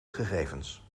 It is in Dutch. gegevens